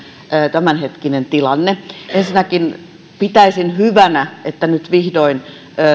tämänhetkisestä tilanteesta ensinnäkin pitäisin hyvänä että nyt vihdoin